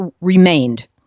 remained